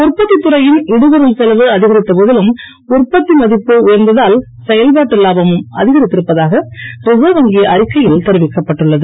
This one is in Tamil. உற்பத்தித் துறையின் இடுபொருள் செலவு அதிகரித்த போதிலும் உற்பத்தி மதிப்பு உயர்ந்ததால் செயல்பாட்டு இலாபமும் அதிகரித்திருப்பதாக ரிசர்வ் வங்கி அறிக்கையில் தெரிவிக்கப்பட்டுள்ளது